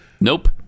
Nope